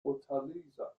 fortaleza